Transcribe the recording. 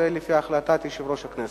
זה לפי החלטת יושב-ראש הכנסת.